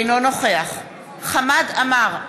אינו נוכח חמד עמאר,